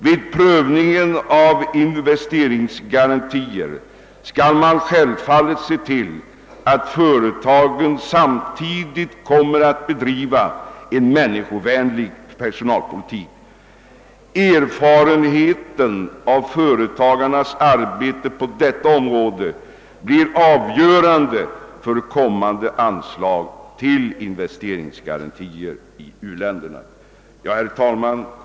Vid prövningen av investeringsgarantier skall man självfallet se till, att företagen samtidigt kommer att bedriva en människovänlig personalpolitik. Erfarenheten av företagarnas arbete på detta område blir avgörande för kommande anslag till garantier för investeringar i u-länderna. Herr talman!